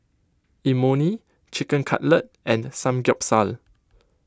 Imoni Chicken Cutlet and Samgyeopsal